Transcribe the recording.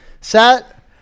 set